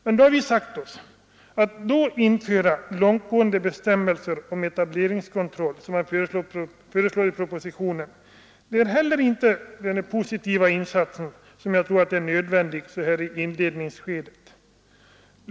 Men att då införa långtgående bestämmelser om etableringskontroll, som man föreslår i propositionen, är inte den positiva insats som jag tror är nödvändig så här i inledningsskedet.